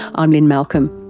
i'm lynne malcolm,